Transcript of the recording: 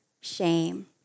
shame